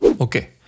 okay